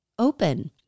Open